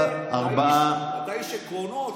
אתה איש עקרונות,